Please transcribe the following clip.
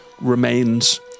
remains